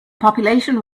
population